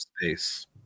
space